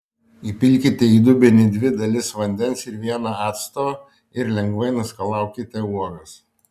įpilkite į dubenį dvi dalis vandens ir vieną acto ir lengvai nuskalaukite uogas